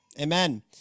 Amen